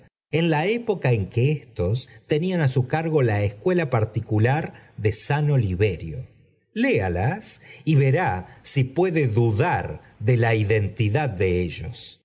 en la época en que éstos tenían á su cargo la escuela particular de san oliverio léalas y verá si puede dudar de la identidad de ellos